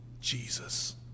Jesus